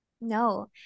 no